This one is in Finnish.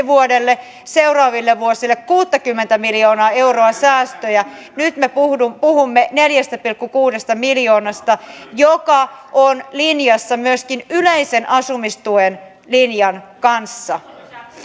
vuodelle seuraaville vuosille kuusikymmentätä miljoonaa euroa säästöjä nyt me puhumme neljästä pilkku kuudesta miljoonasta joka on linjassa myöskin yleisen asumistuen linjan kanssa